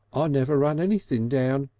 ah never run anything down.